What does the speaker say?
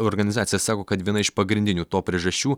organizacija sako kad viena iš pagrindinių to priežasčių